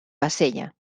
bassella